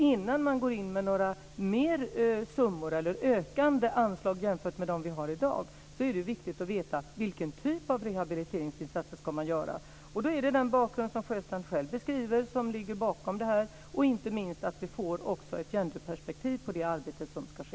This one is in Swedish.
Innan man går in med ökande anslag jämfört med vad vi har i dag är det således viktigt att veta vilken typ av rehabiliteringsinsatser som ska göras. Då är bakgrunden den som Sjöstrand själv beskriver och, inte minst, att vi får ett gender-perspektiv på det arbete som ska ske.